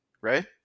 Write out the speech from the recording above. right